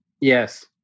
Yes